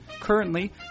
currently